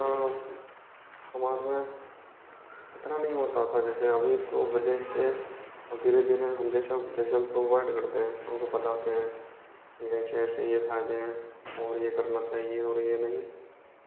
थोड़ा समाज में इतना नहीं होता था जैसे अभी तो विदेश से धीरे धीरे हम जैसे जैसे हम प्रोवाइड करते हैं हमको बताते हैं कि ऐसे ऐसे ये फायदे हैं और ये करना चाहिए और यह नहीं